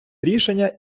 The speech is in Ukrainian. рішення